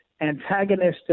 antagonistic